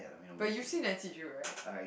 but you see Nancy-Drew right